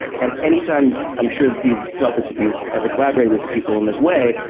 and any time, i'm sure you've felt this if you've ever collaborated with people in this way.